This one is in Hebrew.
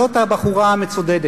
זו אותה בחורה מצודדת.